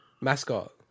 mascot